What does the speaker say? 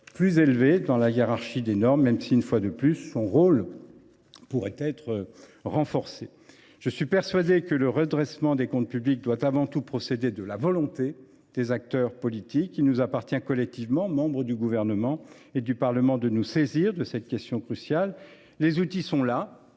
plus élevé dans la hiérarchie des normes. Son rôle pourrait toutefois, je le répète, être renforcé. Je suis persuadé que le redressement des comptes publics doit avant tout procéder de la volonté des acteurs politiques. Il nous appartient collectivement, membres du Gouvernement et du Parlement, de nous saisir de cette question cruciale. Les outils sont là.